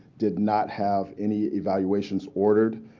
did not have any evaluations ordered.